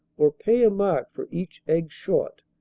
or pay a mark for each egg short.